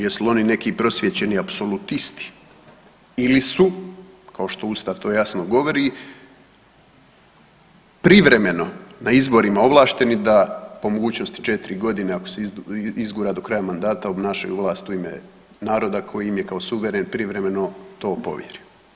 Jesu li oni neki prosvjećeni apsolutisti ili su kao što Ustav jasno to govori privremeno na izborima ovlašteni da po mogućnosti 4 godine ako izgura do kraja mandata obnašaju vlast u ime naroda koji im je kao suveren privremeno to povjerio.